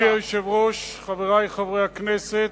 אדוני היושב-ראש, חברי חברי הכנסת,